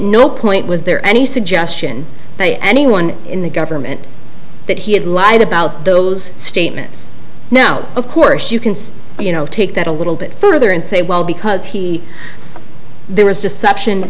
no point was there any suggestion that anyone in the government that he had lied about those statements now of course you can you know take that a little bit further and say well because he there was deception